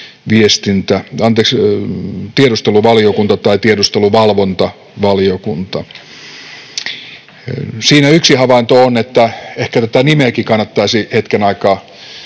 tai tiedusteluvalvontavaliokunta. Siinä yksi havainto on, että ehkä tätä nimeäkin kannattaisi hetken aikaa